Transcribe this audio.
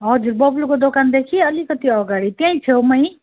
हजुर बब्लुको दोकानदेखि अलिकति अगाडि त्यहीँ छेउमै